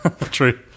True